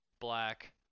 black